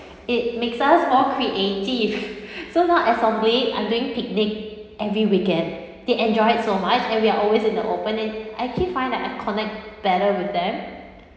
it makes us all creative so now as of late I'm doing picnic every weekend they enjoyed it so much and we are always in the open and I keep find that I connect better with them